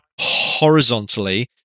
horizontally